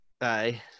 Aye